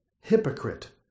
Hypocrite